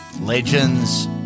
Legends